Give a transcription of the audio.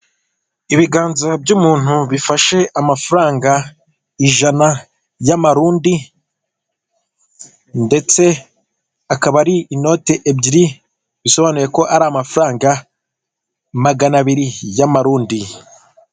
Ibiganza by'umuntu bifashe amafaranga ijana y'amarundi, ndetse akaba ari inoti ebyiri bisobanuye ko ari amafaranga maganabiri y'amarundi.